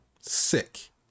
sick